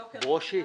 ברושי,